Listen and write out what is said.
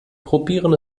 probieren